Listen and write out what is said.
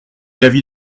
l’avis